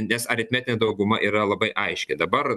nes aritmetinė dauguma yra labai aiški dabar